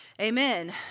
amen